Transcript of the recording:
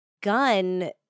gun